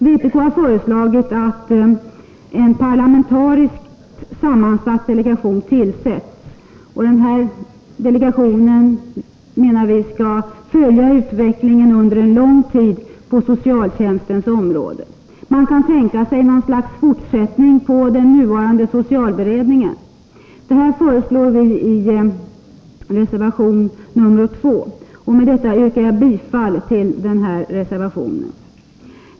Vpk har föreslagit att en parlamentariskt sammansatt delegation tillsätts, och vi menar att denna delegation skall följa utvecklingen på socialtjänstens område under en lång tid. Man kan tänka sig något slags fortsättning på den nuvarande socialberedningen. Detta föreslår vi i reservation nr 2, och härmed yrkar jag bifall till denna reservation.